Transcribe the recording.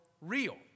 real